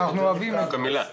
אנחנו אוהבים את המילה.